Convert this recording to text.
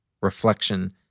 reflection